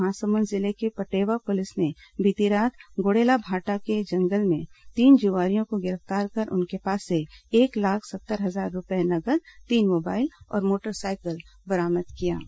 महासमुंद जिले की पटेवा पुलिस ने बीती रात गोडेला भाठा के जंगल में तीन जुआरियों को गिरफ्तार कर उनके पास से एक लाख सत्तर हजार रूपये नगद तीन मोबाइल और मोटरसाइकिल बरामद किया है